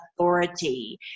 authority